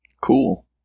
Cool